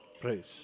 Praise